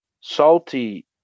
salty